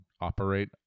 operate